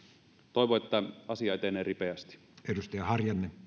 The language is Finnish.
toivon että asia etenee ripeästi